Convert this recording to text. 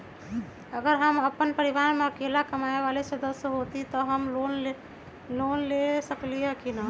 अगर हम अपन परिवार में अकेला कमाये वाला सदस्य हती त हम लोन ले सकेली की न?